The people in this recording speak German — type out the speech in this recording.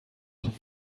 noch